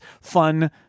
fun